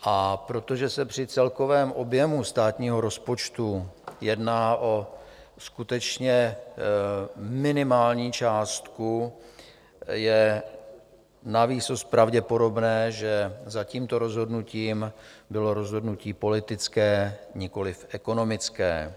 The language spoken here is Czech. A protože se při celkovém objemu státního rozpočtu jedná o skutečně minimální částku, je navýsost pravděpodobné, že za tímto rozhodnutím bylo rozhodnutí politické, nikoli ekonomické.